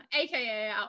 aka